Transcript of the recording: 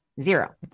Zero